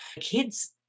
kids